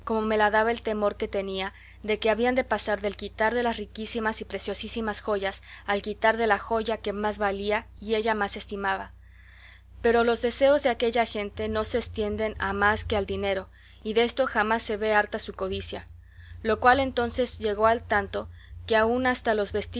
me la daba el temor que tenía de que habían de pasar del quitar de las riquísimas y preciosísimas joyas al quitar de la joya que más valía y ella más estimaba pero los deseos de aquella gente no se estienden a más que al dinero y desto jamás se vee harta su codicia lo cual entonces llegó a tanto que aun hasta los